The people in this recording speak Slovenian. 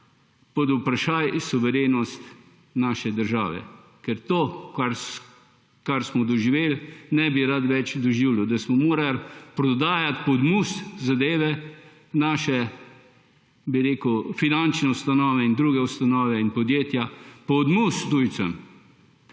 pod vprašaj suverenost naše države. Ker tega, kar smo doživeli, ne bi rad več doživljal – da smo morali prodajati pod mus zadeve, naše finančne ustanove in druge ustanove in podjetja pod mus tujcem!